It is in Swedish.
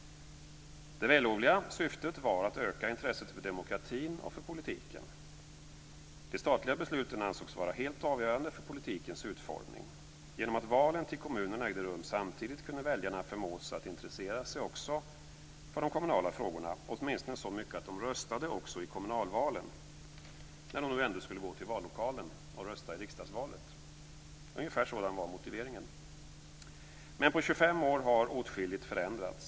Det vällovliga syftet var att öka intresset för demokratin och politiken. De statliga besluten ansågs vara helt avgörande för politikens utformning. Genom att valen till kommunerna ägde rum samtidigt kunde väljarna förmås att intressera sig också för de kommunala frågorna, åtminstone så mycket att de också röstade i kommunalvalen när de nu ändå skulle gå till vallokalen och rösta i riksdagsvalet. Ungefär sådan var motiveringen. Men på 25 år har åtskilligt förändrats.